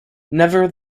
never